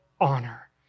Honor